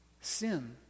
Sin